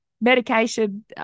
Medication